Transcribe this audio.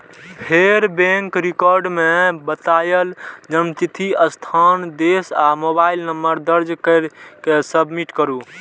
फेर bank record मे बतायल जन्मतिथि, स्थान, देश आ मोबाइल नंबर दर्ज कैर के सबमिट करू